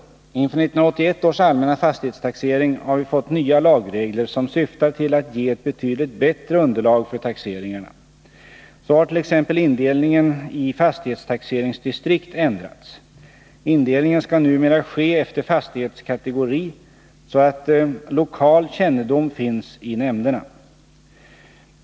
Inför 1981 års allmänna fastighetstaxering har vi fått nya lagregler som syftar till att ge ett betydligt bättre underlag för taxeringarna. Så har t.ex. indelningen i fastighetstaxeringsdistrikt ändrats. Indelningen skall numera ske efter fastighetskategori så att lokal kännedom finns i nämnderna.